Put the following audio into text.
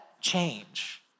change